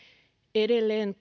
edelleen